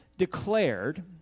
declared